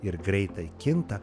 ir greitai kinta